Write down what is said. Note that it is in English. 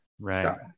Right